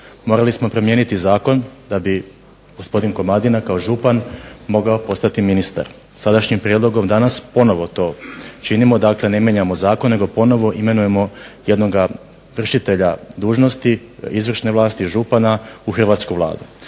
Morali smo promijeniti zakon da bi gospodin Komadina kao župan mogao postati ministar. Sadašnjim prijedlogom danas ponovo to činimo. Dakle, ne mijenjamo zakon, nego ponovno imenujemo jednoga vršitelja dužnosti izvršne vlasti, župana u hrvatsku Vladu.